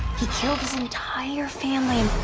he killed his entire family.